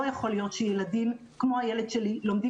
לא יכול להיות שילדים כמו הילד שלי לומדים